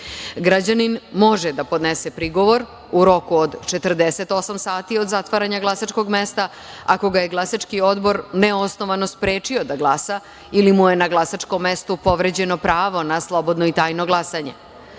može da podnese prigovor u roku od 48 sati od zatvaranja glasačkog mesta ako ga je glasački odbor neosnovano sprečio da glasa ili mu je na glasačkom mestu povređeno pravo na slobodno i tajno glasanje. Ovlašćeni